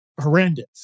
horrendous